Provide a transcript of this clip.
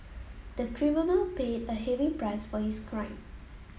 the criminal paid a heavy price for his crime